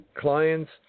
clients